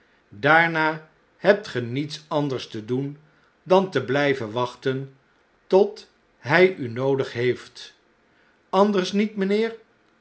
daarna hebt ge niets anders te doen dan te bljjven wachten tot hij u noodig heeft anders niet mjjnheer